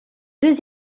deux